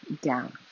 down